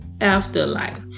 afterlife